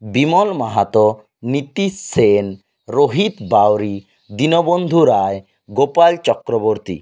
Bimal Mahato Nitish Sen Rohit Bauri Dinabandhu Ray Gopal Chakraborty